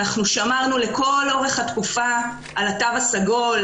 אנחנו שמרנו לכל אורך התקופה על התו הסגול,